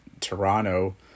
Toronto